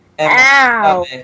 Ow